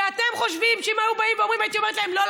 ואתם חושבים שאם היו באים ואומרים הייתי אומרת להם: לא,